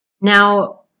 Now